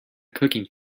cooking